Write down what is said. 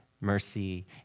mercy